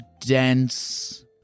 dense